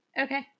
Okay